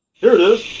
here it is.